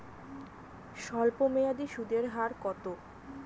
স্বল্পমেয়াদী সুদের হার কত?